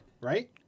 right